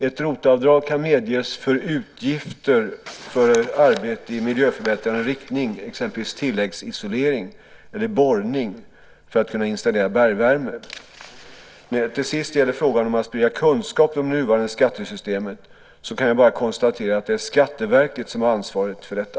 Ett sådant ROT-avdrag kan medges för utgifter för arbete i miljöförbättrande riktning till exempel tilläggsisolering eller borrning för att kunna installera bergvärme. När det till sist gäller frågan om att sprida kunskap om det nuvarande skattesystemet så kan jag bara konstatera att det är Skatteverket som har ansvaret för detta.